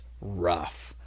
rough